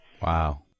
Wow